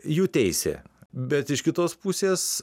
jų teisė bet iš kitos pusės